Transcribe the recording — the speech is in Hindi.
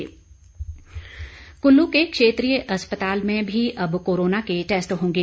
कोविड टैस्ट कुल्लू के क्षेत्रीय अस्पताल में भी अब कोरोना के टैस्ट होंगे